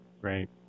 Right